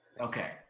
Okay